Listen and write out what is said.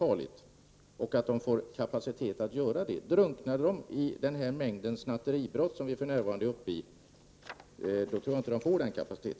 Drunknar rättsapparaten i den mängd snatteribrott som vi för närvarande har, får nog inte rättsapparaten tillräcklig kapacitet.